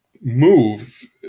move